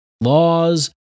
laws